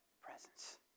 presence